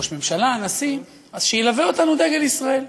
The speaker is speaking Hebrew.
ראש ממשלה, נשיא, שילווה אותנו דגל ישראל.